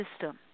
system